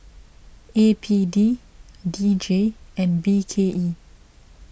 A P D D J and B K E